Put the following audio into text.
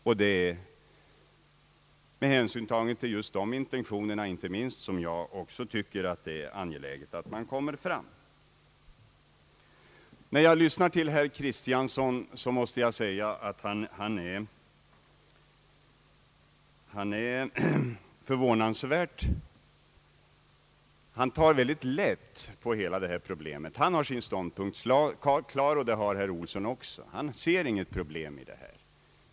Det är inte minst med hänsyn tagen till dessa intentioner som jag tycker att det är angeläget att komma fram till ett resultat. Jag måste säga att herr Kristiansson tar förvånansvärt lätt på hela problemet. Han har sin ståndpunkt klar, och det har herr Olsson också. De ser inget problem i det här.